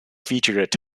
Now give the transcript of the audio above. featured